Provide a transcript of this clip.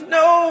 no